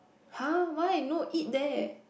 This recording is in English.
[huh] why no eat there